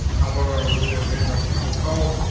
um we're we're we're visual to to your code.